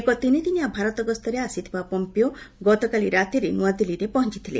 ଏକ ତିନି ଦିନିଆ ଭାରତ ଗସ୍ତରେ ଆସିଥିବା ପମ୍ପିଓ ଗତକାଲି ରାତିରେ ନ୍ତଆଦିଲ୍ଲୀରେ ପହଞ୍ଚିଥିଲେ